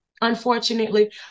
Unfortunately